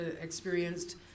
experienced